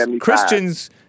Christians